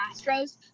Astros